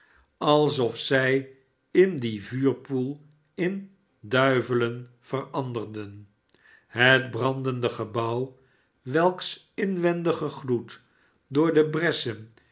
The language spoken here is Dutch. alsof zij in dien vuurpoel in duivelen veranderden het brandende gebouw welks inwendige gloed door de bressen